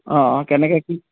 অঁ অঁ কেনেকৈ কি